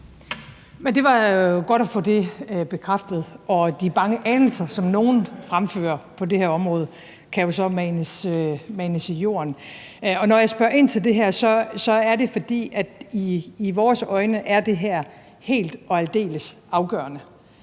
Det var jo godt at få det bekræftet, og de bange anelser, som nogle fremfører på det her område, kan så manes i jorden. Når jeg spørger ind til det her, er det, fordi det her i vores øjne er helt og aldeles afgørende.